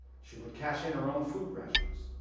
she would cash in her own food rations